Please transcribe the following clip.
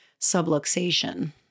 subluxation